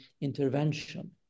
intervention